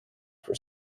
for